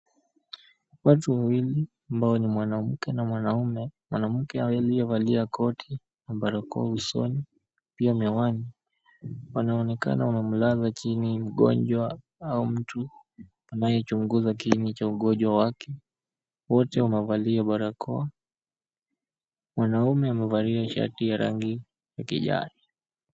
Watu wawili ambao ni mwanamke na mwanaume, mwanamke aliyevalia koti na barakoa usoni pia miwani wanaonekana wamemlaza chini mgonjwa au mtu anayechunguza kiini cha ugonjwa wake. Wote wamevalia barakoa mwanaume amevalia shati ya rangi kijani.